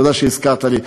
תודה שהזכרת לי.